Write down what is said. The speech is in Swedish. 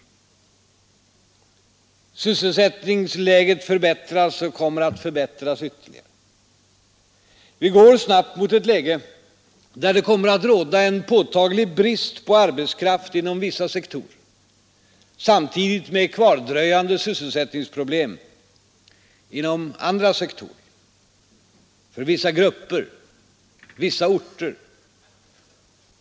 politiken m.m. Sysselsättningsläget förbättras och kommer att förbättras ytterligare Vi går snabbt mot ett läge, där det kommer att råda en påtaglig brist på arbetskraft inom vissa sektorer, samtidigt med kvardröjande sysselsättningsproblem inom andra sektorer, för viss grupper, på vissa orter.